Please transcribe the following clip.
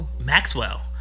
Maxwell